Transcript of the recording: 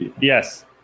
Yes